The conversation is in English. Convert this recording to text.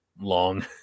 long